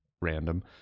random